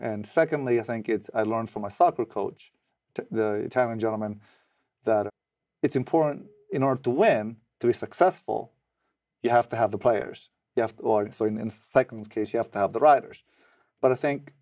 and secondly i think it's learned from my soccer coach to tell and gentleman that it's important in order to win to be successful you have to have the players yes boy in fact in case you have to have the writers but i think